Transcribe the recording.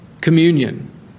Communion